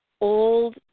old